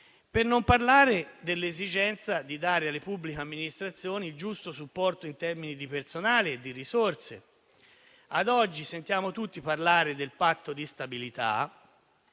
Per non parlare dell'esigenza di dare alle pubbliche amministrazioni il giusto supporto in termini di personale e di risorse. Ad oggi, sentiamo tutti parlare del Patto di stabilità,